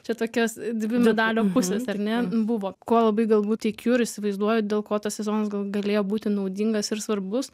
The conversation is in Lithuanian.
čia tokios dvi medalio pusės ar ne buvo kuo labai galbūt tikiu ir įsivaizduoju dėl ko tas sezonas gal galėjo būti naudingas ir svarbus